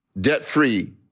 debt-free